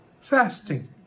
fasting